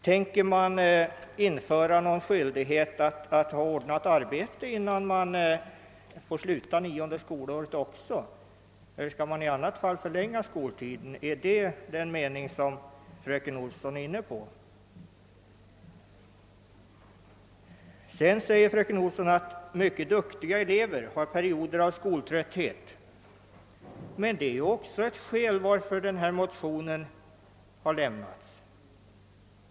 Tänker man införa någon skyldighet att ordna arbete innan eleven får sluta sitt nionde skolår? Eller är avsikten att man i annat fall skall förlänga skoltiden? Är det en sådan tanke som fröken Olsson är inne på? Fröken Olsson säger även att mycket duktiga elever har perioder av skoltrötthet. Det är också ett skäl varför denna motion lämnades.